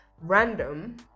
Random